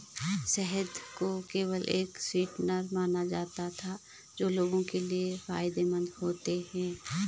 शहद को केवल एक स्वीटनर माना जाता था जो लोगों के लिए फायदेमंद होते हैं